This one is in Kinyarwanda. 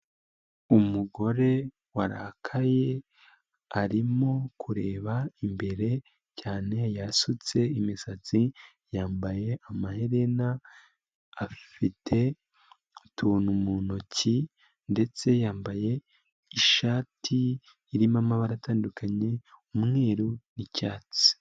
Umugore warakaye arimo kureba imbere cyane yasutse imisatsi, yambaye amaherena, afite utuntu mu ntoki ndetse yambaye ishati irimo amabara atandukanye umweru n'icyatsi.